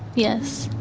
yes.